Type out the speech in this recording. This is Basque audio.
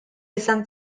izan